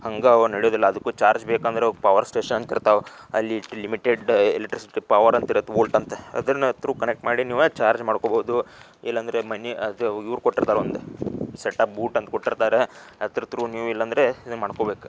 ಹಂಗೆ ಅವು ನಡಿಯುವುದಿಲ್ಲ ಅದಕ್ಕೂ ಚಾರ್ಜ್ ಬೇಕಂದ್ರೆ ಪವರ್ ಸ್ಟೇಷನ್ ಅಂತ ಇರ್ತಾವೆ ಅಲ್ಲಿ ಲಿಮಿಟೆಡ್ ಎಲೆಕ್ಟ್ರಿಸಿಟಿ ಪವರ್ ಅಂತ ಇರುತ್ತೆ ವೋಲ್ಟ್ ಅಂತ ಅದನ್ನು ತ್ರು ಕನೆಕ್ಟ್ ಮಾಡಿ ನೀವು ಚಾರ್ಜ್ ಮಾಡ್ಕೊಳ್ಬೋದು ಇಲ್ಲ ಅಂದರೆ ಮನೆ ಅದು ಇವ್ರು ಕೊಟ್ಟು ಇರ್ತಾರೆ ಒಂದು ಸೆಟಪ್ ಬೂಟ್ ಅಂತ ಕೊಟ್ಟಿರ್ತಾರೆ ಅದ್ರ ತ್ರು ನೀವು ಇಲ್ಲ ಅಂದರೆ ನೀವು ಮಾಡ್ಕೊಳ್ಬೇಕು